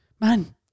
man